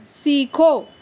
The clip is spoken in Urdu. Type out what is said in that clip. سیکھو